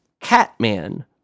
Catman